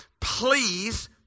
please